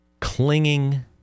clinging